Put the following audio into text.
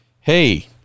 Hey